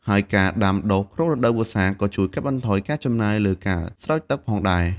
ហើយការដាំដុះក្នុងរដូវវស្សា ក៏ជួយកាត់បន្ថយការចំណាយលើការស្រោចទឹកផងដែរ។